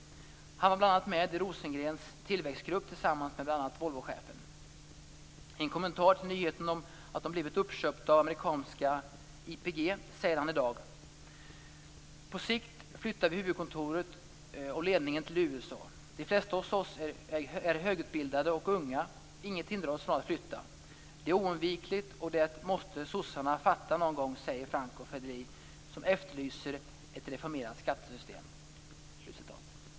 Han var exempelvis med i Rosengrens tillväxtgrupp tillsammans med bl.a. Volvochefen. I en kommentar till nyheten om att de blivit uppköpta av amerikanska IPG säger han i dag: På sikt flyttar vi huvudkontoret och ledningen till Dessutom står det så här i tidningen: "De flesta hos oss är högutbildade och unga. Inget hindrar oss från att flytta. Det är oundvikligt och det måste sossarna fatta nån gång, säger Franco Fedeli som efterlyser ett reformerat skattesystem."